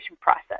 process